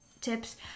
tips